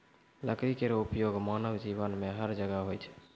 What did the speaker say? लकड़ी केरो उपयोग मानव जीवन में हर जगह होय छै